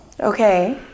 okay